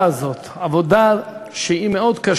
עד מתי אנחנו נמשיך להתייפייף וגם להצטעצע